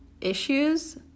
issues